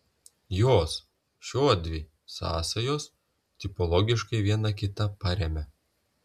jos šiodvi sąsajos tipologiškai viena kitą paremia